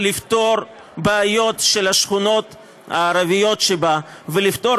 לפתור בעיות של השכונות הערביות שבה ולפתור